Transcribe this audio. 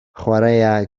chwaraea